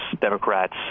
Democrats